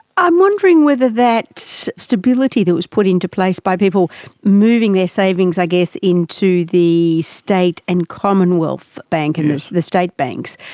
i'm wondering whether that stability that was put into place by people moving their savings i guess into the state and commonwealth bank, and the state banks,